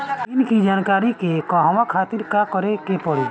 ऋण की जानकारी के कहवा खातिर का करे के पड़ी?